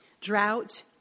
Drought